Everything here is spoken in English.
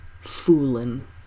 Foolin